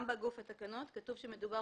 גם בגוף התקנות כתוב שמדובר